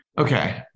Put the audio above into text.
Okay